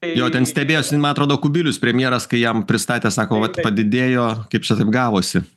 jo ten stebėjosi man atrodo kubilius premjeras kai jam pristatė sako vat padidėjo kaip čia taip gavosi